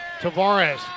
Tavares